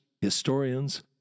historians